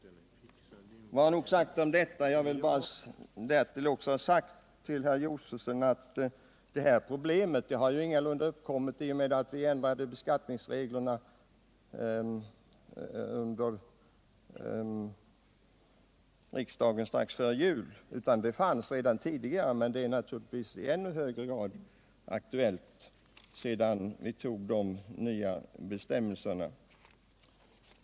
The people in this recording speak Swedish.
Vare nog sagt om detta. Jag vill bara också ha sagt till herr Josefson att detta problem ingalunda uppkom i och med att riksdagen ändrade beskattningsreglerna strax före jul. Problemet fanns redan tidigare, men det är naturligtvis i ännu högre grad aktuellt sedan riksdagen tog de nya bestämmelserna.